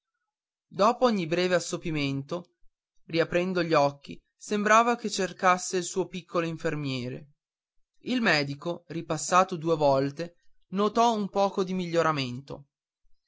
dopo ogni breve assopimento riaprendo gli occhi sembrava che cercasse il suo piccolo infermiere il medico ripassato due volte notò un poco di miglioramento